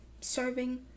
serving